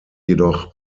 jedoch